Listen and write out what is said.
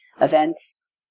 events